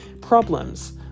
Problems